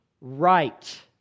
right